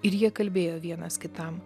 ir jie kalbėjo vienas kitam